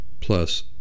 plus